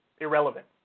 irrelevant